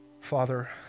Father